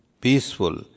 peaceful